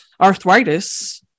arthritis